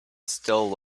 still